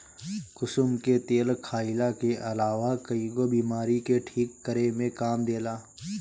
कुसुम के तेल खाईला के अलावा कईगो बीमारी के ठीक करे में काम देला